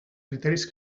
criteris